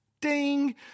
Ding